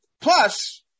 Plus